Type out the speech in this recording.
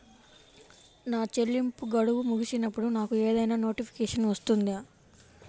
నా చెల్లింపు గడువు ముగిసినప్పుడు నాకు ఏదైనా నోటిఫికేషన్ వస్తుందా?